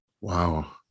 Wow